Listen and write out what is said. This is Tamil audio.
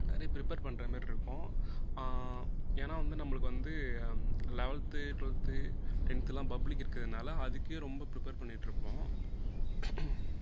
நிறைய ப்ரிப்பர் பண்ணுறமாரி இருக்கும் ஏன்னா வந்து நம்பளுக்கு வந்து லவென்த் டுவெல்த் டென்த்துல்லாம் பப்ளிக் இருக்கிறதுனால அதுக்கே ரொம்ப ப்ரிப்பேர் பண்ணிக்கிட்டு இருப்போம்